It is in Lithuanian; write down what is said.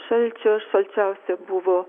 šalčio šalčiausia buvo